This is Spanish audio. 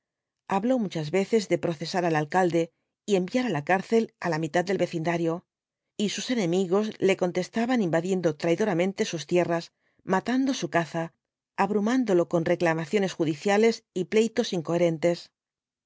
habló muchas veces de procesar al alcalde y enviar á la cárcel á la mitad del vecindario y sus enemigos le contestaban invadiendo traidoramente sus tierras matando su caza abrumándolo con reclamaciones judiciales y pleitos incoherentes